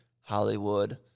hollywood